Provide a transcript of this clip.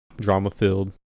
drama-filled